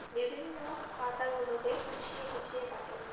বিভিন্ন পাতাগুলোকে কুচিয়ে কুচিয়ে কাটে